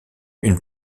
une